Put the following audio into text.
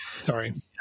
Sorry